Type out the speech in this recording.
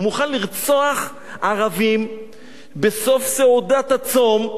הוא מוכן לרצוח ערבים בסוף סעודת הצום,